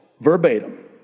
verbatim